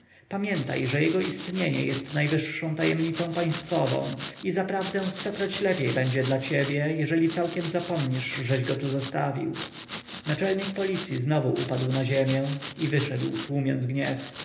pamiętaj że jego istnienie jest najwyższą tajemnicą państwową i zaprawdę stokroć lepiej będzie dla ciebie jeżeli całkiem zapomnisz żeś go tu zostawił naczelnik policji znowu upadł na ziemię i wyszedł tłumiąc gniew